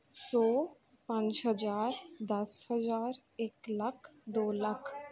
ਸੌ ਪੰਜ ਹਜ਼ਾਰ ਦਸ ਹਜ਼ਾਰ ਇੱਕ ਲੱਖ ਦੋ ਲੱਖ